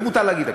מותר להגיד הכול.